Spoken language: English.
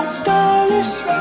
stylish